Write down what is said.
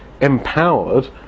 empowered